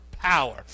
power